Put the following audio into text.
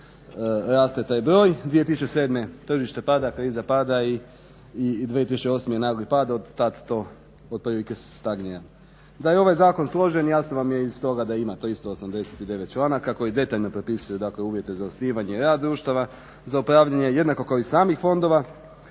Da je ovaj zakon složen jasno vam je iz toga da ima 389 članaka koji detaljno propisuje uvjete za osnivanje i rad društava za upravljanje jednako kao i samih fondova,